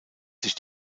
sich